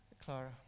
Clara